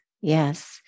yes